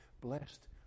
blessed